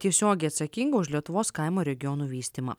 tiesiogiai atsakinga už lietuvos kaimų ir regionų vystymą